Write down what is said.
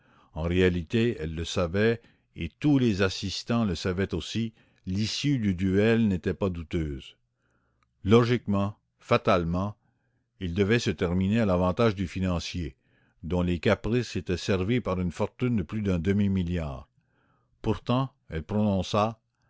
en réalité elle le savait et tous les assistants le savaient aussi l'issue du duel n'était pas douteuse logiquement fatalement il devait se terminer à l'avantage du financier dont les caprices étaient servis par une fortune de plus d'un demi milliard pourtant elle